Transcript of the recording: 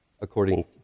according